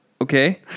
Okay